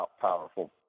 powerful